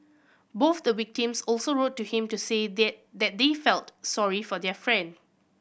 both the victims also wrote to him to say they that they felt sorry for their friend